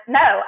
no